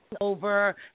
over